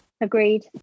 agreed